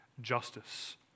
justice